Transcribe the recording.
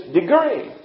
degree